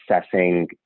assessing